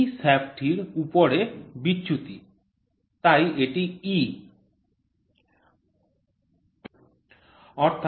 e শ্যাফ্টটির উপরের বিচ্যুতি তাই এটি e